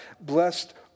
Blessed